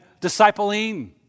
discipling